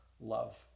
love